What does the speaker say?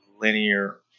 linear